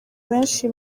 benshi